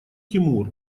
тимур